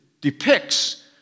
depicts